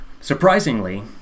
Surprisingly